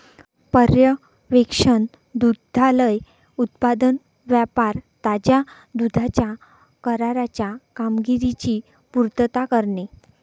पर्यवेक्षण दुग्धालय उत्पादन व्यापार ताज्या दुधाच्या कराराच्या कामगिरीची पुर्तता करते